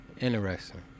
Interesting